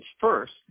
first